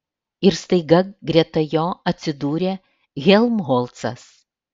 ir staiga greta jo atsidūrė helmholcas